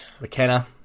McKenna